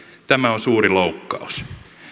tämä on suuri loukkaus